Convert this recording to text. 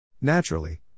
Naturally